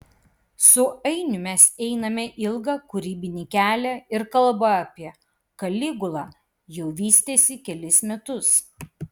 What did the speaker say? su ainiu mes einame ilgą kūrybinį kelią ir kalba apie kaligulą jau vystėsi kelis metus